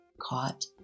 Caught